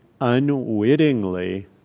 unwittingly